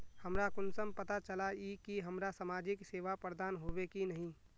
हमरा कुंसम पता चला इ की हमरा समाजिक सेवा प्रदान होबे की नहीं?